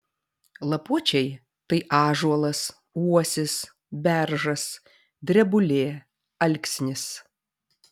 lapuočiai tai ąžuolas uosis beržas drebulė alksnis